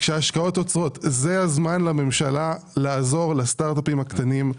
כשההשקעות עוצרות זה הזמן לממשלה לעזור לסטארט אפים הקטנים.